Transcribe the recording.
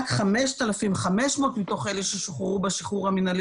רק 5,500 מתוך אלה ששוחררו בשחרור המינהלי